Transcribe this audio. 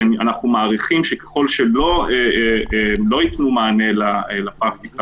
כי אנחנו מעריכים שככל שלא ייתנו מענה לפרקטיקה